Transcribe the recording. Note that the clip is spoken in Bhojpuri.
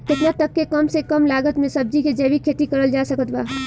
केतना तक के कम से कम लागत मे सब्जी के जैविक खेती करल जा सकत बा?